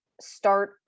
start